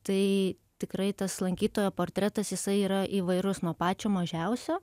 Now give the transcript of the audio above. tai tikrai tas lankytojo portretas jisai yra įvairus nuo pačio mažiausio